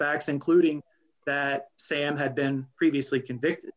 facts including that sam had been previously convicted